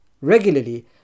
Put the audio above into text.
Regularly